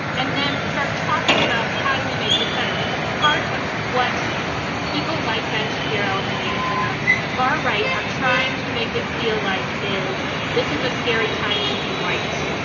and then start talking about how do we make this better, because part of what people like ben shapiro and the and the far right are trying to make it feel like is this is a scary time to be white.